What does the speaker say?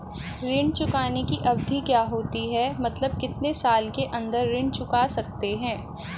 ऋण चुकाने की अवधि क्या होती है मतलब कितने साल के अंदर ऋण चुका सकते हैं?